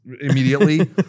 immediately